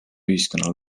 ühiskonna